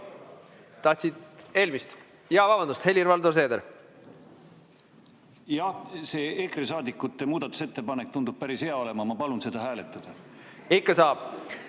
Tahtsid eelmist? Jaa, vabandust! Helir-Valdor Seeder. Jah, see EKRE saadikute muudatusettepanek tundub päris hea olevat, ma palun seda hääletada. Jah, see